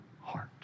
heart